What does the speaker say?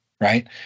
right